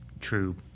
true